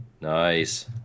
Nice